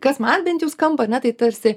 kas man bent jau skamba ar ne tai tarsi